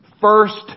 First